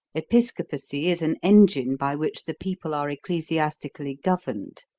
episcopacy is an engine by which the people are ecclesiastically governed.